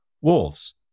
wolves